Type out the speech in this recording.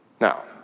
Now